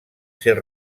ser